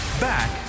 back